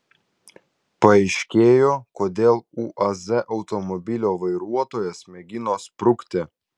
paaiškėjo kodėl uaz automobilio vairuotojas mėgino sprukti